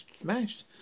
smashed